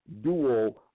duo